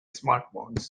smartphones